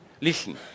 Listen